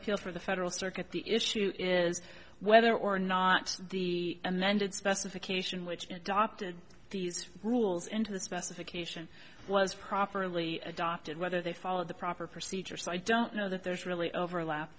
appeals for the federal circuit the issue is whether or not the amended specification which dr these rules into the specification was properly adopted whether they followed the proper procedure so i don't know that there's really overlap